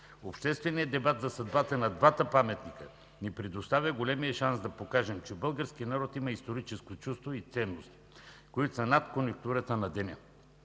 Общественият дебат за съдбата на двата паметника ни предоставя големия шанс да покажем, че българският народ има историческо чувство и ценности, които са над конюнктурата на деня.